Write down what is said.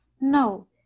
No